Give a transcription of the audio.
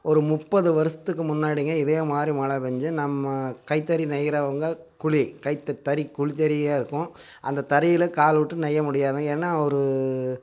ஒரு முப்பது வருடத்துக்கு முன்னாடிங்க இதேமாதிரி மழை பெஞ்சி நம்மக் கைத்தறி நெய்யிறவங்க குழி கைத்தறிக் குழித் தறியாகருக்கும் அந்த தறியில் கால் விட்டு நெய்ய முடியாது ஏன்னால் ஒரு